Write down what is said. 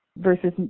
versus